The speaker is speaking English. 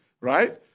right